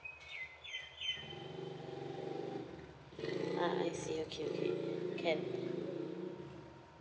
ah I see okay okay can